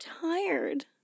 tired